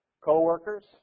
co-workers